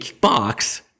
box